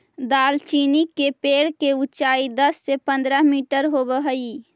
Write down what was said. दालचीनी के पेड़ के ऊंचाई दस से पंद्रह मीटर होब हई